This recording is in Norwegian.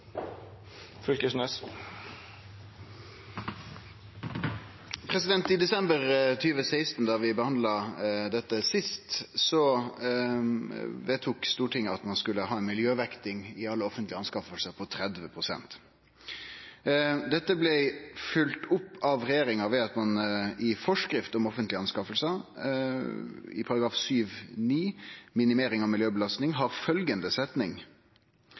I desember 2016, da vi behandla dette sist, vedtok Stortinget at ein skulle ha ei miljøvekting i alle offentlege innkjøp på 30 pst. Dette blei følgt opp av regjeringa ved at ein i forskrift om offentlege innkjøp § 7-9, Minimering av miljøbelastning, har følgjande setning: